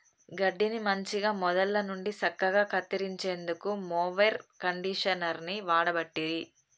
గడ్డిని మంచిగ మొదళ్ళ నుండి సక్కగా కత్తిరించేందుకు మొవెర్ కండీషనర్ని వాడబట్టిరి